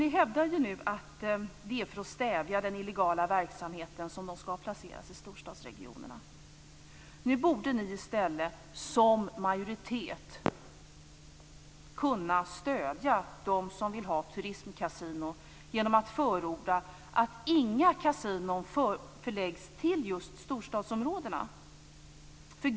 Ni hävdar ju nu att det är för att stävja den illegala verksamheten som de skall placeras i storstadsregionerna. Ni borde i stället som majoritet kunna stödja de som vill ha turistkasino genom att förorda att inga kasinon förläggs till just storstadsområdena.